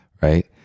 Right